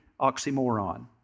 oxymoron